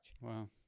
Wow